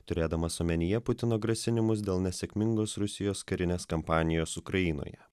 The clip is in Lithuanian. turėdamas omenyje putino grasinimus dėl nesėkmingos rusijos karinės kampanijos ukrainoje